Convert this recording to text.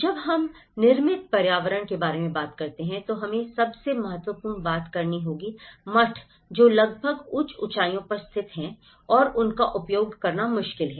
जब हम निर्मित पर्यावरण के बारे में बात करते हैं तो हमें सबसे महत्वपूर्ण बात करनी होगी मठ जो लगभग उच्च ऊंचाई पर स्थित हैं और उनका उपयोग करना मुश्किल है